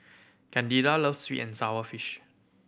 Candida loves sweet and sour fish